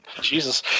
jesus